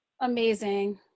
Amazing